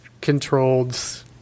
controlled